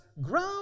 Grow